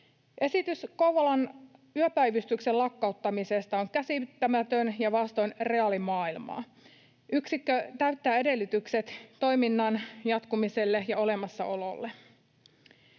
Esitys Kouvolan yöpäivystyksen lakkauttamisesta on käsittämätön ja vastoin reaalimaailmaa. Yksikkö täyttää edellytykset toiminnan jatkumiselle ja olemassaololle.